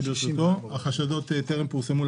שברשותו, החשדות טרם פורסמו.